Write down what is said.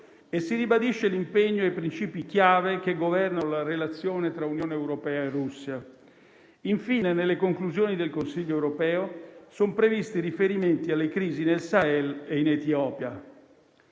e si ribadirà l'impegno ai principi chiave che governano la relazione tra Unione europea e Russia. Infine, nelle conclusioni del Consiglio europeo sono previsti riferimenti alle crisi nel Sahel e in Etiopia.